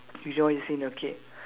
do you know what's the scene not okay